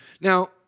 Now